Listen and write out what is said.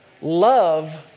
Love